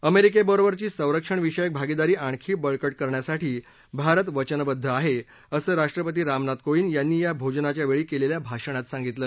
अमेरिकेबरोबरची संरक्षणविषयक भागीदारी आणखी बळकट करण्यासाठी भारत वचनबद्ध आहे असं राष्ट्रपती रामनाथ कोविद यांनी या भोजनाच्या वेळी केलेल्या भाषणात सांगितलं